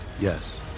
Yes